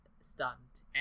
stunt